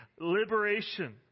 liberation